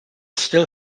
still